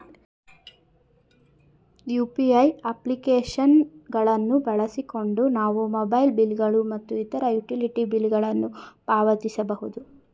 UPI application ಗಳನ್ನು ಬಳಸಿಕೊಂಡು ನಾವು ಮೊಬೈಲ್ ಬಿಲ್ ಗಳು ಮತ್ತು ಇತರ ಯುಟಿಲಿಟಿ ಬಿಲ್ ಗಳನ್ನು ಪಾವತಿಸಬಹುದು